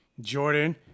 Jordan